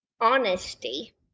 honesty